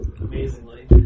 amazingly